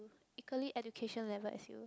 equally education level as you